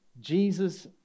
Jesus